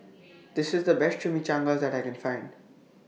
This IS The Best Chimichangas that I Can Find